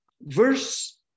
verse